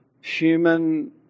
human